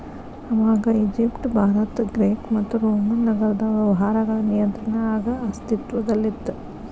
ಆವಾಗ Egypt Bharat Greek ಮತ್ತು Roman ನಾಗರದಾಗ ವ್ಯವಹಾರಗಳ ನಿಯಂತ್ರಣ ಆಗ ಅಸ್ತಿತ್ವದಲ್ಲಿತ್ತ